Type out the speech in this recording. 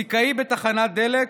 סיכאי בתחנת דלק,